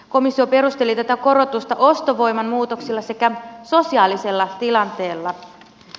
komissio perusteli tätä korotusta ostovoiman muutoksella sekä sosiaalisella tilanteella